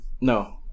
No